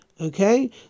Okay